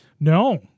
No